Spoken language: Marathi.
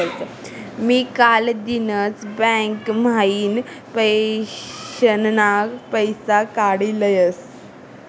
मी कालदिनच बँक म्हाइन पेंशनना पैसा काडी लयस